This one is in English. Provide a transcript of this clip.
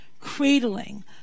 cradling